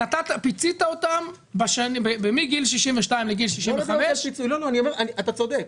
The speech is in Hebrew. פיצית אותן מגיל 62 לגיל 65. אני אומר שאתה צודק.